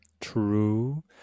true